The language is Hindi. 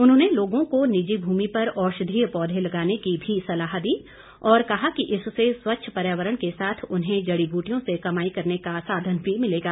उन्होंने लोगों को निजी भूमि पर औषधीय पौधे लगाने की भी सलाह दी और कहा कि इससे स्वच्छ पर्यावरण के साथ उन्हें जड़ी बूटियों से कमाई करने का साधन भी मिलेगा